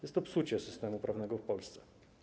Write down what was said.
Jest to psucie systemu prawnego w Polsce.